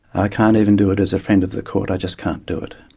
i can't even do it as a friend of the court, i just can't do it.